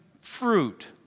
fruit